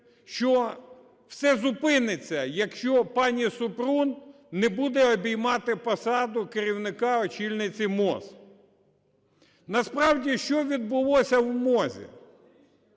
що все зупиниться, якщо пані Супрун не буде обіймати посаду керівника очільниці МОЗ. Насправді, що відбулося в МОЗі?